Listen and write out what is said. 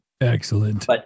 Excellent